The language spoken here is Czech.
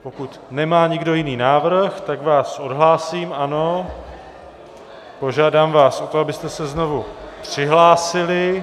Pokud nemá nikdo jiný návrh, tak vás odhlásím, požádám vás o to, abyste se znovu přihlásili.